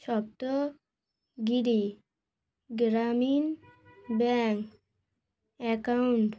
Saptagiri Grameena bank account